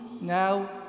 now